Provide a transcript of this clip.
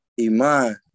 Iman